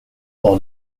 all